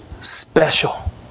special